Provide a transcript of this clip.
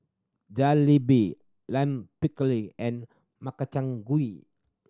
Jalebi Lime Pickle and Makchang Gui